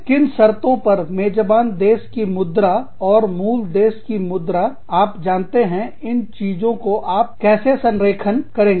किन शर्तों पर मेजबान देशकी मुद्रा और मूल देश की मुद्रा आप जानते हैं इन चीजों को आप कैसे संरेखण करेंगे